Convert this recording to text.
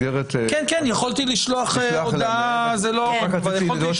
גם יכולתי לשלוח על זה הודעה